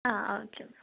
ആ ഓക്കെ